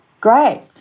Great